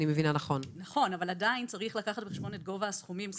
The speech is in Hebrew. אבל עדיין צריך לקחת בחשבון את גובה הסכומים,